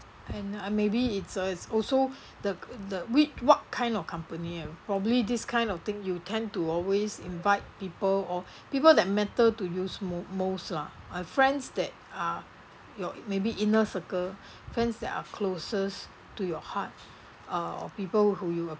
and maybe it's uh it's also the the with what kind of company and probably this kind of thing you tend to always invite people or people that matter to you mo~ more lah friends that are your maybe inner circle friends that are closest to your heart uh people who you